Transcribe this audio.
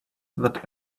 that